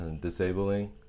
disabling